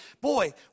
boy